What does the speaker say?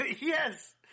Yes